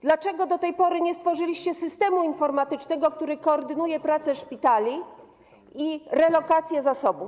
Dlaczego do tej pory nie stworzyliście systemu informatycznego, który koordynuje pracę szpitali i relokację zasobów?